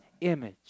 image